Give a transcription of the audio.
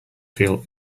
feel